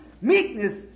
meekness